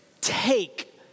take